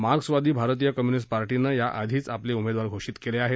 मार्क्सवादी भारतीय कम्यूनिस्ट पार्टीनं याआधीच आपले उमेदवार घोषीत केले आहेत